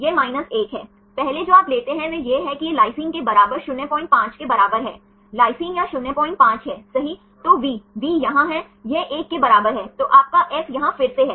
वह भारत से हैं उन्होंने उदाहरण के लिए अपने छोटे पेप्टाइड्स से बने मॉडल बनाने की कोशिश की सही है